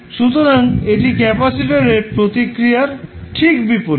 সুতরাং এটি ক্যাপাসিটরের প্রতিক্রিয়ার ঠিক বিপরীত